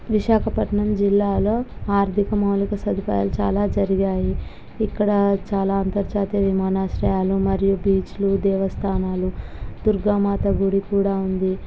విశాఖపట్నం జిల్లాలో ఆర్ధిక మౌలిక సదుపాయాలు చాలా జరిగాయి ఇక్కడ చాలా అంతర్జాతీయ విమానాశ్రయాలు మరియు బీచ్లు దేవస్థానాలు దుర్గామాత గుడి కూడా ఉంది